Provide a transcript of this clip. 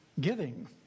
Giving